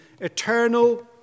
eternal